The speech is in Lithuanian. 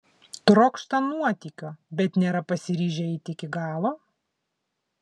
trokšta nuotykio bet nėra pasiryžę eiti iki galo